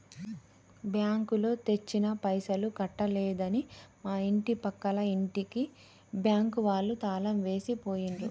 బ్యాంకులో తెచ్చిన పైసలు కట్టలేదని మా ఇంటి పక్కల ఇంటికి బ్యాంకు వాళ్ళు తాళం వేసి పోయిండ్రు